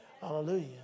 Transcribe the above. Hallelujah